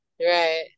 right